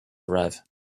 arrive